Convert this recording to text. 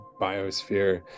biosphere